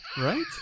Right